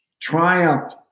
Triumph